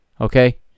okay